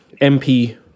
MP